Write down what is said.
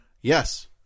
Yes